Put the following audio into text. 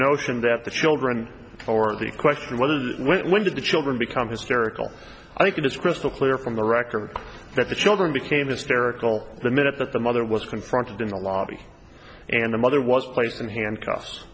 notion that the children or the question whether when did the children become hysterical i think it is crystal clear from the record that the children became hysterical the minute that the mother was confronted in the lobby and the mother was placed in handcuffs